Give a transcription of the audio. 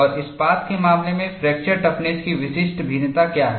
और इस्पात के मामले में फ्रैक्चर टफनेस की विशिष्ट भिन्नता क्या है